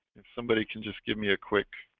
if somebody can just give me a quick